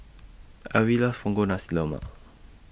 Alvie loves Punggol Nasi Lemak